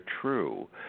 true